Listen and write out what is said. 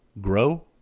grow